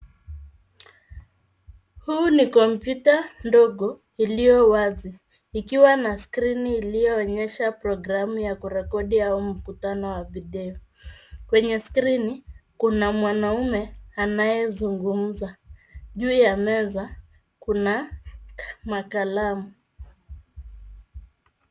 Huu ni kompyuta ndogo iliyowazi ikiwa na skrini iliyoonyesha programu ya kurekodia huu mkutano wa video kwenye skrini kuna mwanaume anayezungumza juu ya meza kuna makalamu